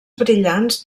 brillants